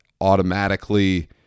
automatically